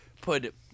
put